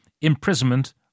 imprisonment